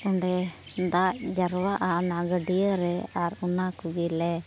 ᱚᱸᱰᱮ ᱫᱟᱜ ᱡᱟᱣᱨᱟᱜᱼᱟ ᱚᱱᱟ ᱜᱟᱹᱰᱭᱟᱹ ᱨᱮ ᱟᱨ ᱚᱱᱟ ᱠᱚᱜᱮᱞᱮ